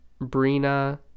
Brina